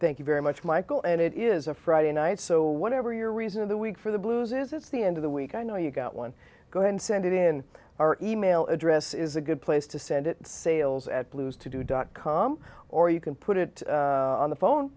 thank you very much michael and it is a friday night so whatever your reason of the week for the blues is it's the end of the week i know you got one go and send it in our e mail address is a good place to send it sales at blues to dot com or you can put it on the phone